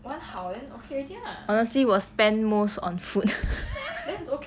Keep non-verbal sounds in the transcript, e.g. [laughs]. honestly 我 spent most on food [laughs]